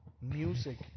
music